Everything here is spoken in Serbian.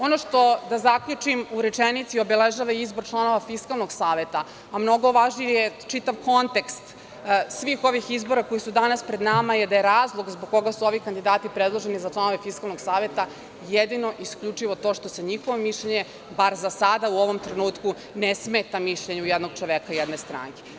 Ono što obeležava izbor članova Fiskalnog saveta, a mnogo važnije je čitav kontekst svih ovih izbora koji su danas pred nama je da je razlog zbog koga su ovi kandidati predloženi za članove Fiskalnog saveta jedino i isključivo to što se njihovo mišljenje, bar za sada, u ovom trenutku ne smeta mišljenju jednog čoveka jedne stranke.